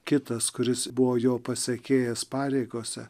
kitas kuris buvo jo pasekėjas pareigose